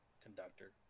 Conductor